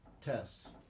tests